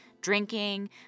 drinking